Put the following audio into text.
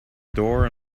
door